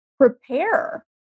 prepare